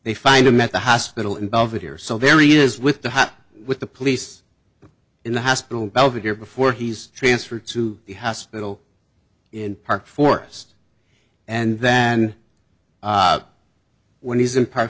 they find him at the hospital in belvedere so very is with the with the police in the hospital belvedere before he's transferred to the hospital in park forest and then when he's in p